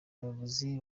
muyobozi